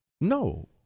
No